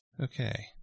okay